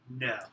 No